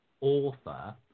Author